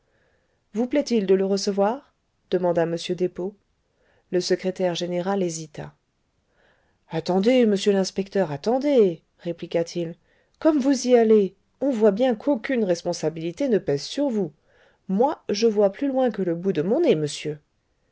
vous plaît-il de le recevoir demanda m despaux le secrétaire général hésita attendez monsieur l'inspecteur attendez répliqua-t-il comme vous y allez on voit bien qu'aucune responsabilité ne pèse sur vous moi je vois plus loin que le bout de mon nez monsieur